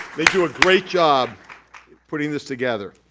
they do a great job putting this together.